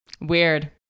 Weird